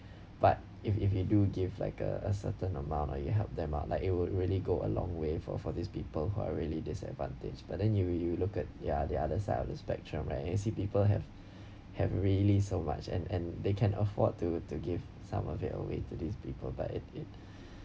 but if if you do give like a a certain amount or you help them out like it would really go a long way for for these people who are really disadvantage but then you you look at the ya the other side of the spectrum right you can see people have have really so much and and they can afford to to give some of it away to these people but it it